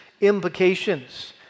implications